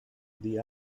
the